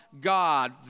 God